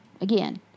again